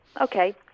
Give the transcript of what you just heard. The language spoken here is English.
Okay